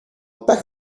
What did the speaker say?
pech